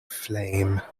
flame